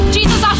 Jesus